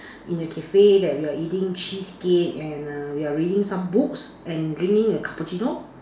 in a cafe that you're eating cheesecake and err you're reading some books and drinking a cappuccino